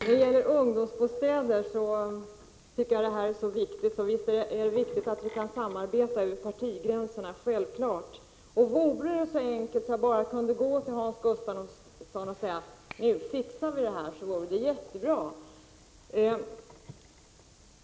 Herr talman! Självfallet är det viktigt att vi kan samarbeta över partigränserna, och vore det så enkelt att jag bara kunde gå till Hans Gustafsson och säga att nu fixar vi det här, så vore det jättebra.